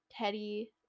Teddy